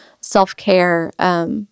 self-care